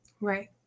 right